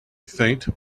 faint